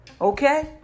Okay